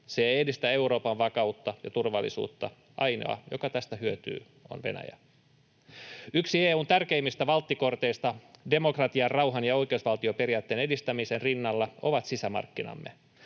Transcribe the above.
ei edistä Euroopan vakautta ja turvallisuutta. Ainoa, joka tästä hyötyy, on Venäjä. Yksi EU:n tärkeimmistä valttikorteista demokratian, rauhan ja oikeusvaltioperiaatteen edistämisen rinnalla ovat sisämarkkinamme.